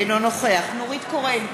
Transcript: אינו נוכח נורית קורן,